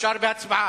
אפשר בהצבעה,